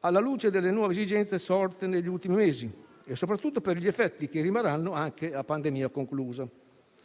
alla luce delle nuove esigenze sorte negli ultimi mesi e soprattutto per gli effetti che rimarranno anche a pandemia conclusa.